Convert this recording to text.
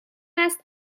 است